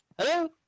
Hello